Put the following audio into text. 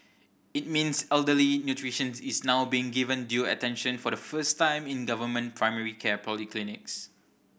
it means elderly nutrition is now being given due attention for the first time in government primary care polyclinics